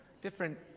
different